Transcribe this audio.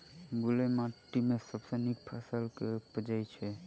बलुई माटि मे सबसँ नीक फसल केँ उबजई छै?